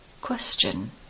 Question